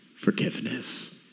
forgiveness